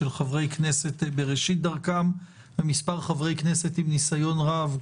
של חברי כנסת בראשית דרכם ומספר חברי כנסת עם ניסיון רב,